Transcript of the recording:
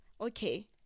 okay